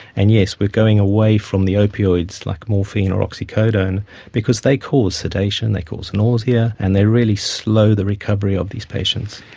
and yes, we are going away from the opioids like morphine or oxycodone because they cause sedation, they cause nausea, and they really slow the recovery of these patients.